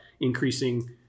increasing –